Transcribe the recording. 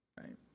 right